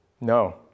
No